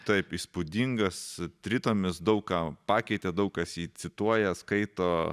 taip įspūdingas tritomis daug ką pakeitė daug kas jį cituoja skaito